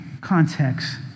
context